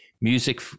music